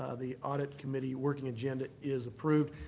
ah the audit committee working agenda is approved.